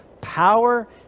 power